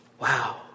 Wow